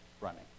running